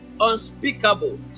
Unspeakable